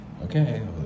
okay